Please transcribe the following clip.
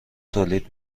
تولید